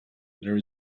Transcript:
there